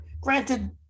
Granted